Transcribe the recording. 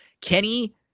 Kenny